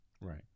Right